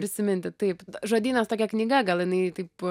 prisiminti taip žodynas tokia knyga gal jinai taip